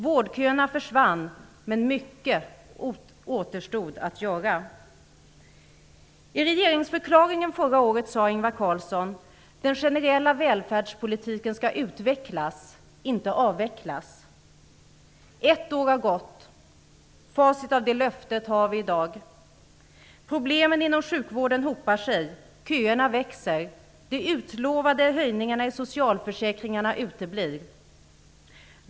Vårdköerna försvann, men mycket återstod att göra. Carlsson: Den generella välfärdspolitiken skall utvecklas - inte avvecklas. Ett år har gått. Facit av det löftet har vi i dag. Problemen inom sjukvården hopar sig. Köerna växer. De utlovade höjningarna i socialförsäkringarna uteblir.